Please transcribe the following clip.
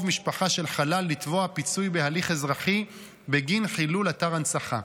משפחה של חלל לתבוע פיצוי בהליך אזרחי בגין חילול אתר הנצחה.